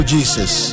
Jesus